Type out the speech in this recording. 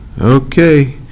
Okay